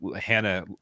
Hannah